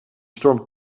storm